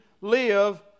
live